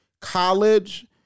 college